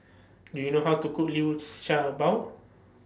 Do YOU know How to Cook Liu Sha Bao